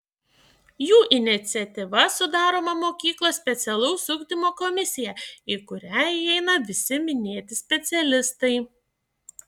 jų iniciatyva sudaroma mokyklos specialaus ugdymo komisija į kurią įeina visi minėti specialistai